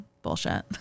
bullshit